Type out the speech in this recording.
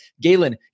Galen